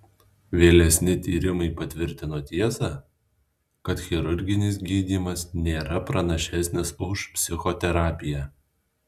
vėlesni tyrimai patvirtino tiesą kad chirurginis gydymas nėra pranašesnis už psichoterapiją